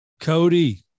Cody